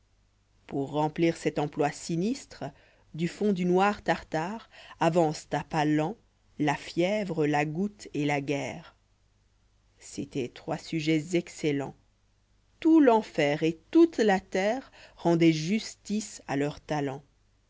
pour remplir cet emploi sinistre pu fond du noir tartare avancent à pas lents la fièvre la goutte et la guerre c'étaient trois sujets excellents tout l'enfer et toute la terre rendoient justice à leurs talents